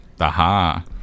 Aha